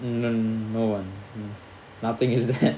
n~ no one nothing is there